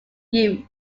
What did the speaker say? youth